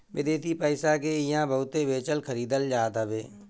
विदेशी पईसा के इहां बहुते बेचल खरीदल जात हवे